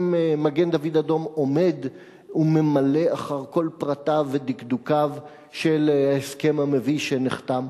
מגן-דוד-אדום עומד וממלא אחר כל פרטיו ודקדוקיו של ההסכם המביש שנחתם.